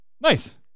Nice